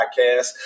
podcast